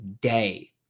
day